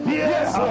Yes